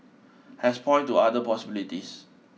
has point to other possibilities